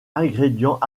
ingrédients